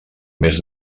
més